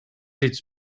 its